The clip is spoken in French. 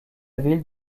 ville